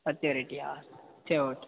பத்து வெரைட்டியா சரி ஓகே